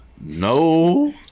No